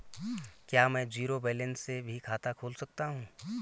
क्या में zero balance से भी खाता खोल सकता हूँ?